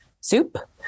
soup